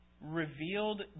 revealed